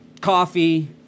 coffee